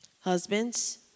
Husbands